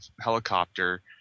helicopter